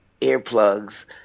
earplugs